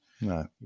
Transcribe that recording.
No